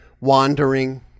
wandering